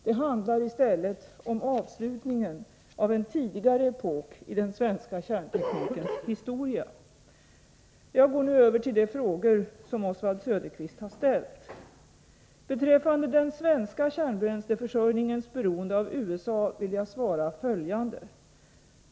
Det handlar i stället om avslutningen av en tidigare epok i den svenska kärnteknikens historia. Jag går nu över till de frågor som Oswald Söderqvist har ställt. Beträffande den svenska kärnbränsleförsörjningens beroende av USA vill jag svara följande.